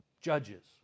Judges